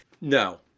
No